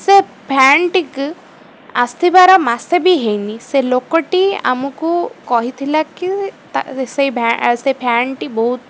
ସେ ଫ୍ୟାନ୍ଟିକୁ ଆସିବାର ମାସେ ବି ହେଇନି ସେ ଲୋକଟି ଆମକୁ କହିଥିଲା କି ସେଇ ସେ ଫ୍ୟାନ୍ଟି ବହୁତ